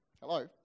Hello